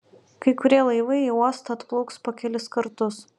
kai kurie laivai į uostą atplauks po kelis kartus